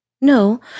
No